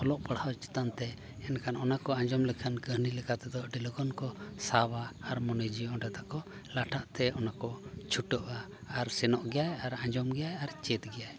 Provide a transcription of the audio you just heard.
ᱚᱞᱚᱜ ᱯᱟᱲᱦᱟᱣ ᱪᱮᱛᱟᱱ ᱛᱮ ᱮᱱᱠᱷᱟᱱ ᱚᱱᱟ ᱠᱚ ᱟᱸᱡᱚᱢ ᱞᱮᱠᱷᱟᱱ ᱠᱟᱹᱦᱱᱤ ᱞᱮᱠᱟᱛᱮᱫᱚ ᱟᱹᱰᱤ ᱞᱚᱜᱚᱱ ᱠᱚ ᱥᱟᱵᱟ ᱟᱨ ᱢᱚᱱᱮ ᱡᱤᱣᱤ ᱚᱸᱰᱮ ᱛᱟᱠᱚ ᱞᱟᱴᱷᱟᱜ ᱛᱮ ᱚᱱᱟ ᱠᱚ ᱪᱷᱩᱴᱟᱹᱜᱼᱟ ᱟᱨ ᱥᱮᱱᱚᱜ ᱜᱮᱭᱟᱭ ᱟᱨ ᱟᱸᱡᱚᱢ ᱜᱮᱭᱟᱭ ᱟᱨ ᱪᱮᱫ ᱜᱮᱭᱟᱭ